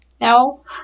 No